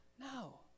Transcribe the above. No